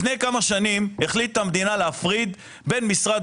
לפני כמה שנים החליטה המדינה להפריד בין משרד